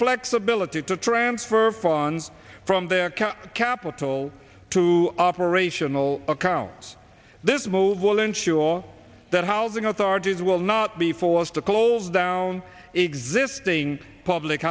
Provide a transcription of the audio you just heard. flexibility to transfer funds from their capital to operational accounts this move will ensure that housing authorities will not be forced to close down existing public